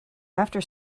after